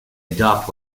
adopt